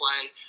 play